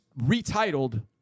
retitled –